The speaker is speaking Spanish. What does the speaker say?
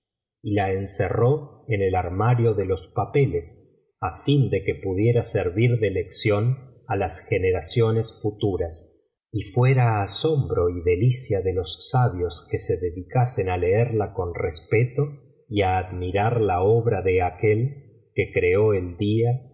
la encerró en el armario de los papeles á fin de que pudiera servir de lección á las generaciones futuras y fuera asombro y delicia de los sabios que se dedicasen á leerla con respeto y admirar la obra de aquel que creó el día